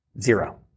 Zero